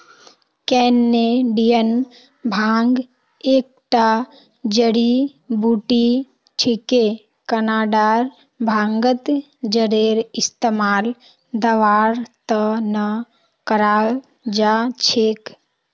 Canadian भांग एकता जड़ी बूटी छिके कनाडार भांगत जरेर इस्तमाल दवार त न कराल जा छेक